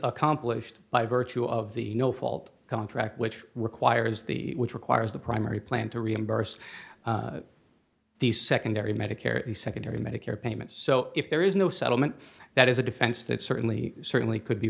accomplished by virtue of the no fault contract which requires the which requires the primary plan to reimburse the secondary medicare is secondary medicare payments so if there is no settlement that is a defense that certainly certainly could be